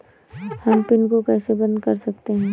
हम पिन को कैसे बंद कर सकते हैं?